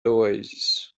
oasis